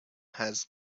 has